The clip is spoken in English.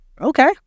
Okay